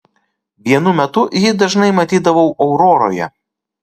vienu metu jį dažnai matydavau auroroje